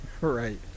right